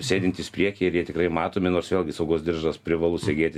sėdintys priekyje ir jie tikrai matomi nors vėlgi saugos diržas privalu segėti